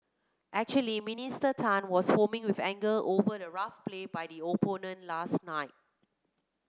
actually Minister Tan was foaming with anger over the rough play by the opponent last night